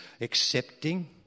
accepting